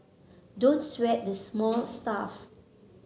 don't sweat the small stuff